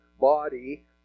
body